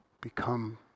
become